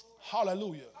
Hallelujah